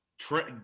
Trent –